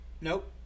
Nope